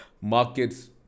Markets